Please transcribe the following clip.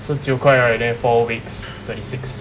so 九块 right then four weeks thirty six